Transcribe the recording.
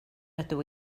ydw